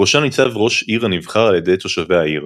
בראשה ניצב ראש עיר הנבחר על ידי תושבי העיר.